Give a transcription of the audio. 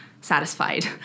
satisfied